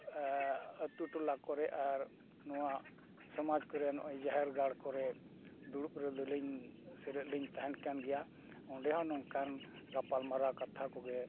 ᱟᱛᱳ ᱴᱚᱞᱟ ᱠᱚᱨᱮᱜ ᱟᱨ ᱱᱚᱣᱟ ᱥᱚᱢᱟᱡᱽ ᱠᱚᱨᱮᱜ ᱱᱚᱜᱼᱚᱸᱭ ᱡᱟᱦᱮᱨ ᱜᱟᱲ ᱠᱚᱨᱮᱜ ᱫᱩᱲᱩᱵ ᱨᱮᱫᱚ ᱞᱤᱧ ᱥᱮᱞᱮᱫ ᱞᱤᱧ ᱛᱟᱦᱮᱱ ᱠᱟᱱ ᱜᱮᱭᱟ ᱚᱸᱰᱮ ᱦᱚᱸ ᱱᱚᱝᱠᱟᱱ ᱜᱟᱯᱟᱞᱢᱟᱨᱟᱣ ᱠᱟᱛᱷᱟ ᱠᱚᱜᱮ